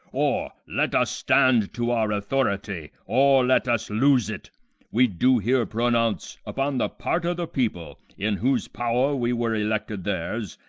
or let us stand to our authority, or let us lose it we do here pronounce, upon the part o' the people, in whose power we were elected theirs,